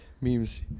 memes